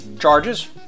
charges